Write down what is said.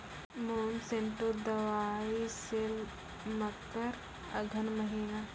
Monsanto दवाई सेल मकर अघन महीना,